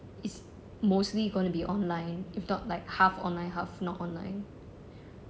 it's mostly gonna be online if not like half online half not online